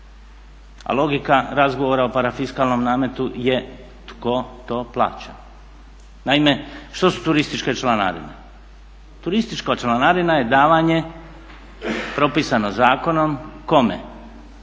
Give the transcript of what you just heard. A logika razgovora o parafiskalnom nametu je tko to plaća. Naime, što su turističke članarine? Turistička članarina je davanje propisano zakonom. Kome?